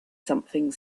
something